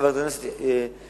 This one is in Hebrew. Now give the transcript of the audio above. חברת הכנסת שלי,